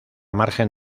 margen